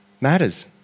matters